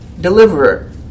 deliverer